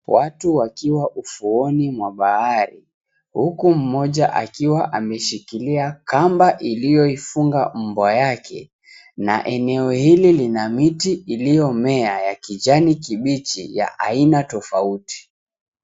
Watu wakiwa ufuoni mwa bahari huku mmoja akiwa ameshikilia kamba iliyoifunga mbwa yake na eneo hili lina miti iliyomea ya kijani kibichi ya aina tofauti.